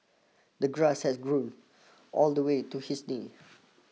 the grass had grown all the way to his knee